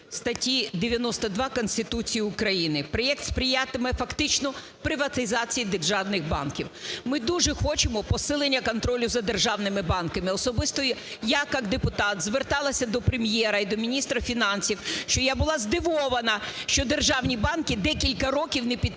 статті 92 Конституції України. Проект сприятиме фактично приватизації державних банків. Ми дуже хочемо посилення контролю за державними банками. Особисто я як депутат зверталася до Прем'єра і до міністра фінансів, що я була здивована, що державні банки декілька років не підписують